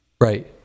Right